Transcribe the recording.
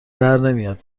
درنمیاد